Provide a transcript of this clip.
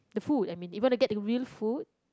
the food I mean if you want get the real food